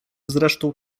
zresztą